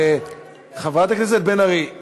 חברת הכנסת בן ארי,